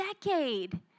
decade